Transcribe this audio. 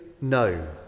No